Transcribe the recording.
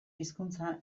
hizkuntza